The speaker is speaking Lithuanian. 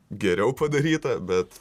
geriau padaryta bet